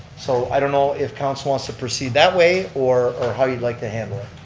so i don't know if council wants to proceed that way, or or how you'd like to handle it?